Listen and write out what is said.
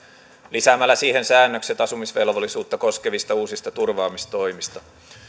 lisäämällä siihen säännökset asumisvelvollisuutta koskevista uusista turvaamistoimista